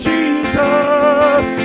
Jesus